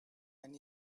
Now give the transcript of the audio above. and